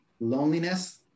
loneliness